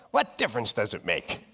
what difference does it make?